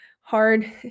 hard